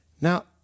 Now